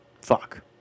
Fuck